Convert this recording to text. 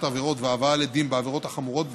עבירות והבאה לדין בעבירות החמורות ביותר,